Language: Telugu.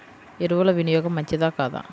ఎరువుల వినియోగం మంచిదా కాదా?